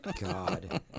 God